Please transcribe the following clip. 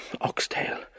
oxtail